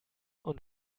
und